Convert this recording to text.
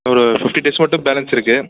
ஒரு ஃபிஃப்டி டிரஸ் மட்டும் பேலன்ஸ் இருக்குது